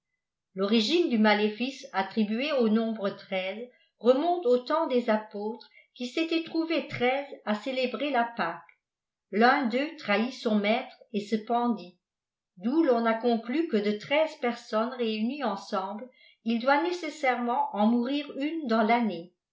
yorigi dq maléfice attribué au nombre traits remonte au temps des apôtres qui s'étaient trouvés treize à célébrer la pâque l'un d'eux trahit son maître et se pendit d'où l'on a conclu que de treize personnes réunies ensemble il doit nécessairement en mourir une dans tannée